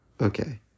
Okay